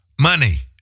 Money